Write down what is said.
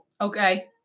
okay